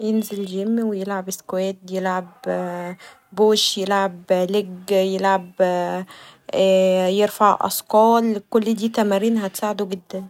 ينزل جيم ويلعب اسكواد يلعب بوش ،لچ ، يلعب يرفع اثقال